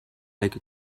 like